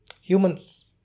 Humans